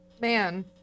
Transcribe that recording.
Man